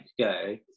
go